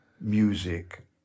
music